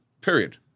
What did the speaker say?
Period